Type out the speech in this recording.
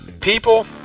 people